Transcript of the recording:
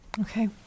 Okay